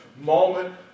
moment